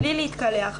בלי להתקלח,